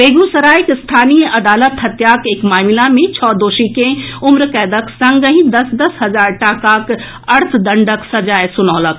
बेगूसरायक स्थानीय अदालत हत्याक एक मामिला मे छओ दोषी के उम्रकैदक संगहि दस दस हजार टाकाक अर्थदंडक सजाए सुनौलक अछि